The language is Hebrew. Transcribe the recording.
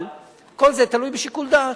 אבל, כל זה תלוי בשיקול דעת.